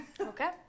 Okay